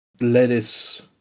lettuce